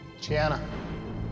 Gianna